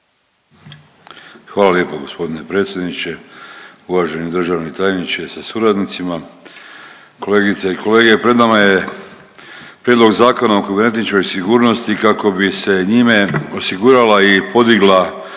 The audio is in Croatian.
Hvala lijepo gospodine predsjedniče, uvaženi državni tajniče sa suradnicima, kolegice i kolege. Pred nama je Prijedlog Zakona o kibernetičkoj sigurnosti kako bi se njime osigurala i podigla